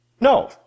no